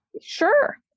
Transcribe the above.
sure